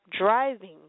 driving